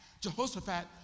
Jehoshaphat